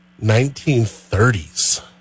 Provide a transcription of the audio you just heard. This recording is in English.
1930s